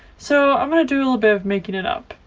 so i'm gonna do a little bit of making it up.